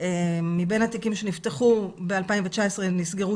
מבין התיקים שנפתחו ב-2019 נסגרו